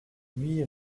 huit